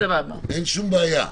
אין שום בעיה.